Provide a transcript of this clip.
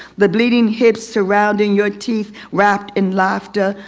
the bleeding hips surrounding your teeth wrapped in laughter.